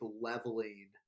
leveling